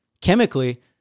Chemically